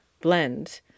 Blend